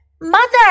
Mother